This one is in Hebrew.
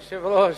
אדוני היושב-ראש,